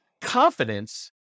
confidence